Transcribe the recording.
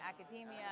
academia